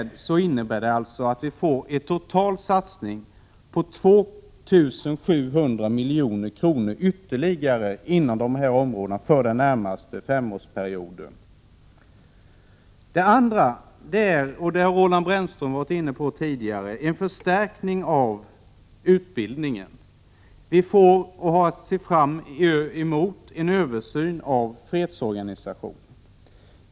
Detta innebär att vi får en total satsning på 2 700 milj.kr. ytterligare för den närmaste femårsperioden inom dessa områden. En annan sak, som Roland Brännström varit inne på tidigare, är en förstärkning av utbildningen. Vi har att se fram emot en översyn av fredsorganisationen.